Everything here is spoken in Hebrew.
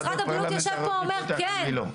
משרד הבריאות אומר כן,